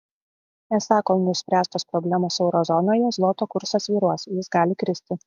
esą kol neišspręstos problemos euro zonoje zloto kursas svyruos jis gali kristi